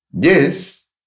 Yes